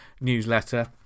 newsletter